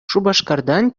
шупашкартан